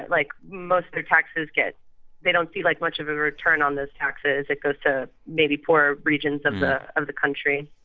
like, most of their taxes get they don't see, like, much of a return on those taxes. it goes to maybe poorer regions of the of the country.